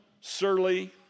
surly